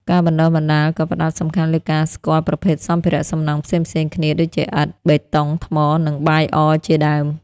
ការបណ្តុះបណ្តាលក៏ផ្តោតសំខាន់លើការស្គាល់ប្រភេទសម្ភារសំណង់ផ្សេងៗគ្នាដូចជាឥដ្ឋ បេតុង ថ្ម និងបាយអជាដើម។